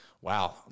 Wow